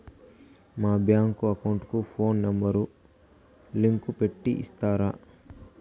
మా bank account కు phone number link పెట్టి ఇస్తారా?